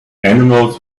animals